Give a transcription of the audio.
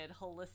holistic